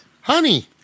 honey